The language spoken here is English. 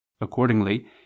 accordingly